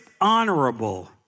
honorable